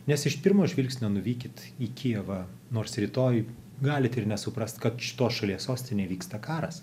nes iš pirmo žvilgsnio nuvykit į kijevą nors rytoj galit ir nesuprast kad šitos šalies sostinėj vyksta karas